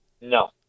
No